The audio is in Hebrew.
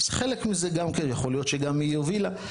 חלק מזה גם כן יכול להיות שהיא הובילה.